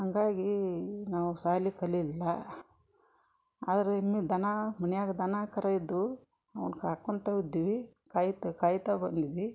ಹಂಗಾಗಿ ನಾವು ಶಾಲಿ ಕಲಿಲಿಲ್ಲ ಆದ್ರೆ ಇನ್ನು ದನ ಮನ್ಯಾಗ ದನ ಕರ ಇದ್ವು ಅವ್ನ ಸಾಕೊತಾ ಇದ್ವಿ ಕಾಯ್ತಾ ಕಾಯ್ತಾ ಬಂದಿದ್ವಿ